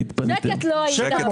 בשקט לא היית.